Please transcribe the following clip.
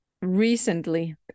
recently